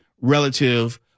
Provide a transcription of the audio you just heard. relative